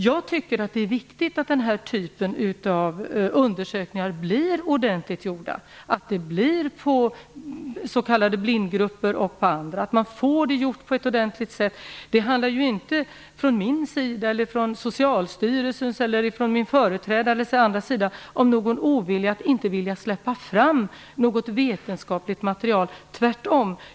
Jag tycker att det är viktigt att den här typen av undersökningar blir ordentligt gjorda, på s.k. blindgrupper och andra. Det handlar inte från mig, från min företrädare eller från Socialstyrelsens sida om någon ovilja mot att släppa fram något vetenskapligt material, tvärtom.